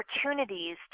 opportunities